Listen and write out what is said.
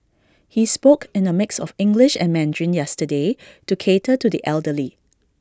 he spoke in A mix of English and Mandarin yesterday to cater to the elderly